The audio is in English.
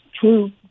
True